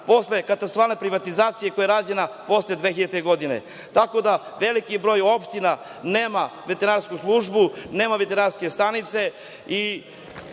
posle katastrofalne privatizacije koja je rađena posle 2000. godine tako da veliki broj opština nema veterinarsku službu, nema veterinarske stanice